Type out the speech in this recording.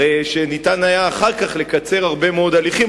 הרי היה אפשר אחר כך לקצר הרבה מאוד הליכים.